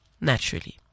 naturally